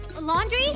laundry